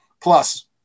plus